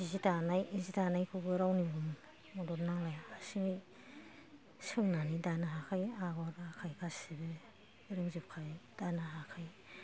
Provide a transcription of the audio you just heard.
जि दानाय जि दानायखौबो रावनिबो मदद नांलाया हारसिङै सोंनानै दानो हाखायो आगर आखाइ गासिबो रोंजोबखायो दानो हाखायो